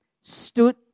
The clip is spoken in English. stood